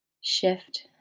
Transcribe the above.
Shift